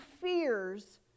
fears